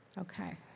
Okay